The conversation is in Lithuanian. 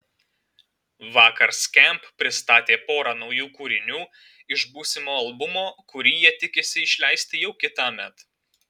vakar skamp pristatė porą naujų kūrinių iš būsimo albumo kurį jie tikisi išleisti jau kitąmet